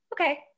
okay